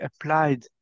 applied